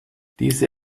diese